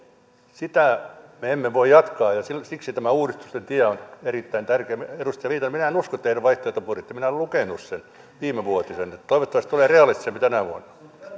sitä me emme voi jatkaa ja siksi tämä uudistusten tie on erittäin tärkeä edustaja viitanen minä en usko teidän vaihtoehtobudjettiinne minä olen lukenut sen viimevuotisen toivottavasti tulee realistisempi tänä vuonna